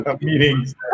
Meetings